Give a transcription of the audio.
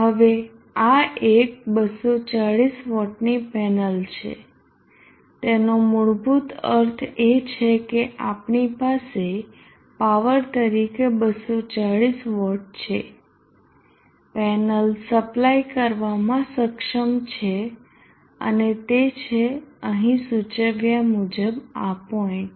હવે આ એક 240 વોટની પેનલ છે તેનો મૂળભૂત અર્થ એ છે કે આપણી પાસે પાવર તરીકે 240 વોટ છે પેનલ સપ્લાય કરવામાં સક્ષમ છે અને તે છે અહીં સૂચવ્યા મુજબ આ પોઈન્ટ